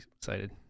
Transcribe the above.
excited